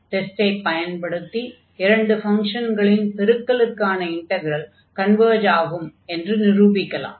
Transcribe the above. டெஸ்டைப் பயன்படுத்தி இரண்டு ஃபங்ஷன்களின் பெருக்கலுக்கான இன்டக்ரல் கன்வர்ஜ் ஆகும் என்று நிரூபிக்கலாம்